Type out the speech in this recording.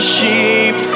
Sheep